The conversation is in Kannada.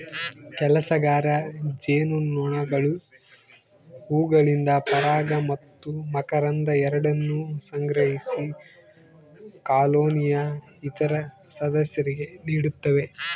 ಕೆಲಸಗಾರ ಜೇನುನೊಣಗಳು ಹೂವುಗಳಿಂದ ಪರಾಗ ಮತ್ತು ಮಕರಂದ ಎರಡನ್ನೂ ಸಂಗ್ರಹಿಸಿ ಕಾಲೋನಿಯ ಇತರ ಸದಸ್ಯರಿಗೆ ನೀಡುತ್ತವೆ